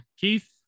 Keith